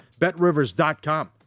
BetRivers.com